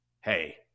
hey